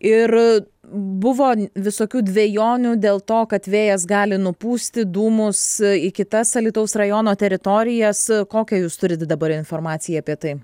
ir buvo visokių dvejonių dėl to kad vėjas gali nupūsti dūmus į kitas alytaus rajono teritorijas kokią jūs turit dabar informaciją apie tai